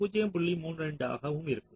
32 ஆகவும் இருக்கும்